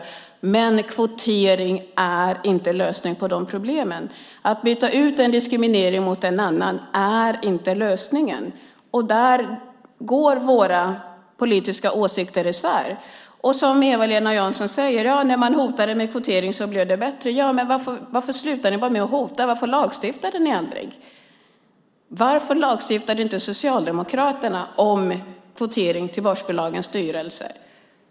Men kvotering är inte lösningen på problemen. Att byta ut en diskriminering mot en annan är inte lösningen. Där går våra politiska åsikter isär. Eva-Lena Jansson säger att det blev bättre när man hotade med kvotering. Varför nöjde ni er då med att bara hota? Varför lagstiftade inte Socialdemokraterna om kvotering till börsbolagens styrelser?